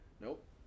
Nope